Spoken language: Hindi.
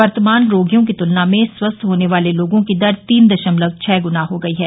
वर्तमान रोगियों की तुलना में स्वस्थ होने वाले लोगों की दर तीन दशमलव छह गुना हो गई है